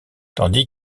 tandis